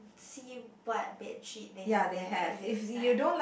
see what bedsheet they have there if it's nice